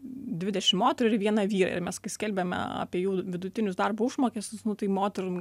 dvidešimt moterų ir vieną vyrą ir mes skelbiame apie jų vidutinius darbo užmokesčius nu tai moterų